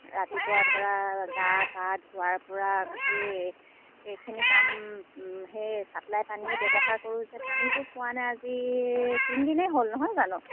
ৰাতিপুৱা ধৰা গা পা ধোৱাৰ পৰা গোটেই এইখিনি কাম সেই ছাপ্লাই পানীয়ে ব্যৱহাৰ কৰোঁ যে পানীটো পোৱা নাই আজি তিনদিনেই হ'ল নহয় জানো